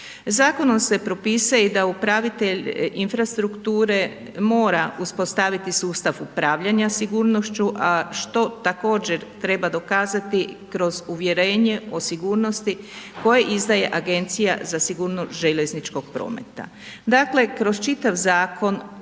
Zakonom se propisuje i da upravitelj infrastrukture mora uspostaviti sustav upravljanja sigurnošću što također treba dokazati kroz uvjerenje o sigurnosti koje izdaje Agencija za sigurnost željezničkog prometa. Dakle, kroz čitav zakon